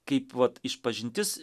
kaip vat išpažintis